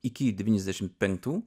iki devyniasdešimt penktų